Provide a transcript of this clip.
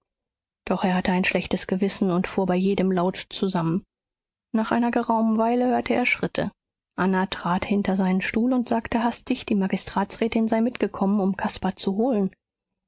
doch er hatte ein schlechtes gewissen und fuhr bei jedem laut zusammen nach einer geraumen weile hörte er schritte anna trat hinter seinen stuhl und sagte hastig die magistratsrätin sei mitgekommen um caspar zu holen